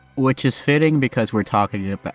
which is fitting because we're talking yeah but